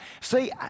See